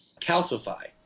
calcify